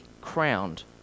crowned